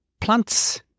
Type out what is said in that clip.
plants